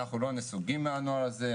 אנחנו לא נסוגים מהנוהל הזה,